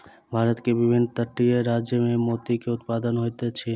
भारत के विभिन्न तटीय राज्य में मोती के उत्पादन होइत अछि